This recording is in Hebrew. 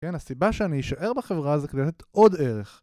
הסיבה שאני אשאר בחברה הזאת כדי לתת עוד ערך